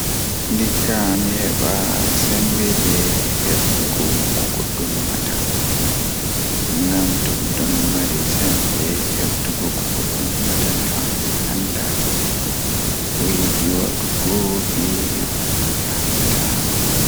Ndikka mi heeba sembe hebugo ko goddo numata ngam to don mari sembe numugo ko goddo numata mi wawan mi hefta ko o yidi wadugo be ko oyahata o wada.